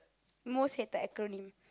most hated acronym